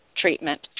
treatment